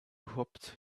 hopped